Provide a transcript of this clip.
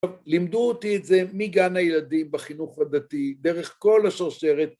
לימדו אותי את זה מגן הילדים בחינוך הדתי, דרך כל השרשרת.